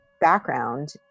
background